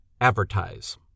advertise